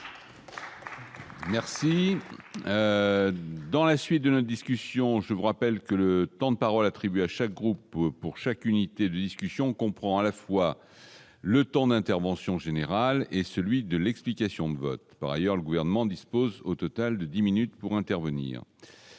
Merci dans la suite de l'Ain, discussion, je vous rappelle que le temps de parole attribués à chaque groupe pour chaque unité discussion comprend à la fois le temps d'intervention en général et celui de l'explication de vote par ailleurs le gouvernement dispose au total de 10 minutes pour intervenir